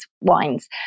wines